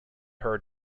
her